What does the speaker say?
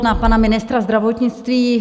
Na pana ministra zdravotnictví.